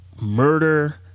murder